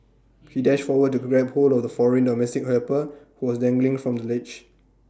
he dashed forward to grab hold of the foreign domestic helper who was dangling from the ledge